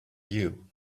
you